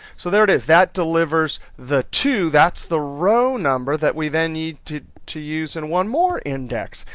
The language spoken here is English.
so there it is, that delivers the two, that's the row number that we then need to to use in one more index!